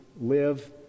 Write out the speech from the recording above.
live